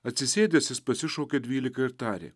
atsisėdęs jis pasišaukė dvyliką ir tarė